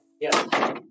Yes